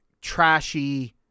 trashy